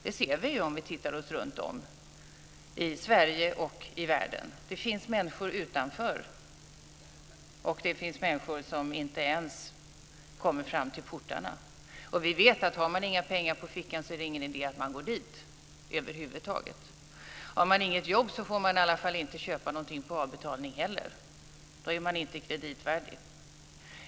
Det ser vi ju om vi tittar oss omkring i Sverige och i världen. Det finns människor utanför, och det finns människor som inte ens kommer fram till portarna. Vi vet att har man inga pengar på fickan är det ingen idé att man går dit över huvud taget. Har man inget jobb får man inte köpa något på avbetalning heller. Då är man inte kreditvärdig.